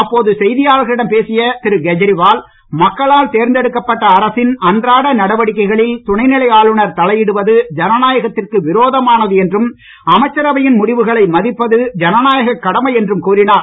அப்போது செய்தியாளர்களிடம் பேசிய திரு கேஜரிவால் மக்களால் தேர்ந்தெடுக்கப்பட்ட அரசின் அன்றாட நடவடிக்கைகளில் துணை நிலை ஆளுநர் தலையிடுவது ஜனநாயகத்திற்கு விரோதமானது என்றும் அமைச்சரவையின் முடிவுகளை மதிப்பது ஜனநாயக கடமை என்றும் கூறினார்